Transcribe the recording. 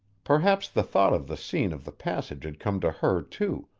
perhaps the thought of the scene of the passage had come to her, too,